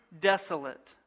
desolate